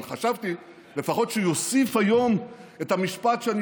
אבל חשבתי לפחות שיוסיף היום את המשפט שאני